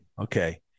Okay